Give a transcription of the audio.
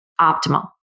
optimal